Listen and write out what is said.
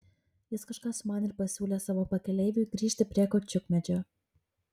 jis kažką sumanė ir pasiūlė savo pakeleiviui grįžti prie kaučiukmedžio